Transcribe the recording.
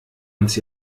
uns